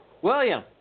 William